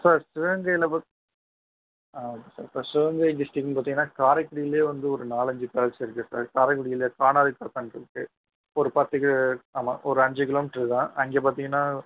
sir சிவகங்கையில் பாத் ஆ சார் இப்போ சிவகங்கை டிஸ்டிக்குனு பார்த்தீங்கனா காரைக்குடியிலே வந்து ஒரு நாலஞ்சு பேலஸ் இருக்குது சார் கரைக்குடியில் கானாடுகாத்தான் இருக்குது ஒரு பத்து க ஆமாம் ஒரு அஞ்சு கிலோ மீட்ரு தான் அங்கே பார்த்தீங்கனா